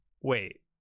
Wait